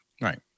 Right